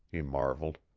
he marvelled.